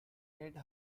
made